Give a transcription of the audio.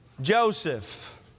Joseph